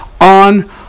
on